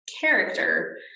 character